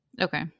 Okay